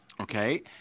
Okay